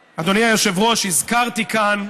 היושב-ראש, הזכרתי כאן,